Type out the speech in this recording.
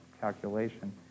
calculation